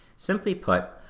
simply put,